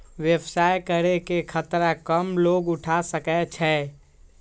व्यवसाय करे के खतरा कम लोग उठा सकै छै